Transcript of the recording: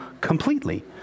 completely